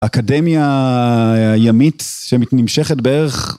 אקדמיה ימית שנמשכת בערך.